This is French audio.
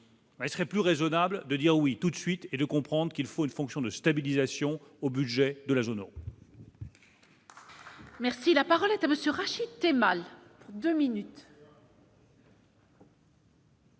il serait plus raisonnable de dire oui tout de suite et de comprendre qu'il faut une fonction de stabilisation au budget de la zone au.